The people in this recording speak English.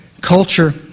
culture